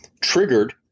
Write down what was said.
triggered